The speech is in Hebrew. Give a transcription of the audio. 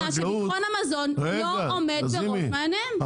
שביטחון המזון לא עומד בראש מעייניהם.